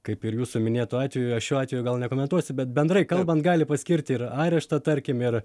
kaip ir jūsų minėtu atveju aš šiuo atveju gal nekomentuosiu bet bendrai kalbant gali paskirti ir areštą tarkim ir